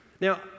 Now